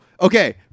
Okay